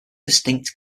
distinct